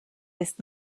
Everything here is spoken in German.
ist